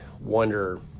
wonder